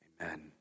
Amen